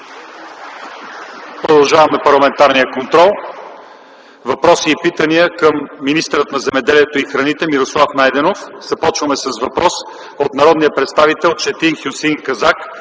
Продължаваме с парламентарния контрол. Въпроси и питания към министъра на земеделието и храните Мирослав Найденов. Започваме с въпрос от народния представител Четин Хюсеин Казак